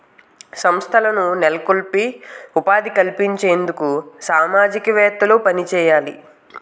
సంస్థలను నెలకొల్పి ఉపాధి కల్పించేందుకు సామాజికవేత్తలు పనిచేయాలి